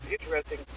interesting